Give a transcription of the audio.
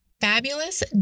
fabulous